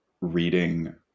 reading